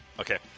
Okay